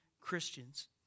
Christians